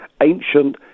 ancient